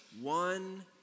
one